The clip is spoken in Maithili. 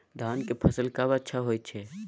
धान के फसल कब होय छै?